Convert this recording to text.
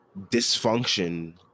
dysfunction